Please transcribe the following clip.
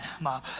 Mom